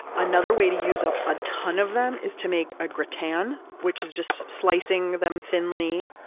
another way to use up a ton of them is to make a gratin, which is just slicing them thinly,